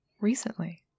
Recently